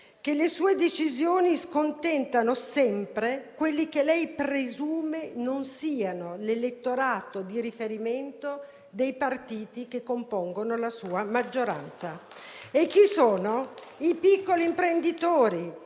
che le sue decisioni scontentino sempre quello che lei presume non sia l'elettorato di riferimento dei partiti che compongono la sua maggioranza: sono i piccoli imprenditori,